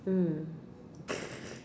mm